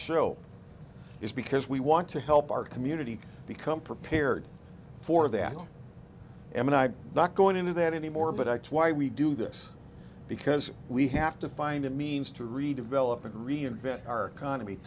show is because we want to help our community become prepared for that and i'm not going into that any more but x y we do this because we have to find a means to redevelop and reinvent our economy